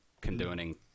condoning